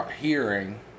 hearing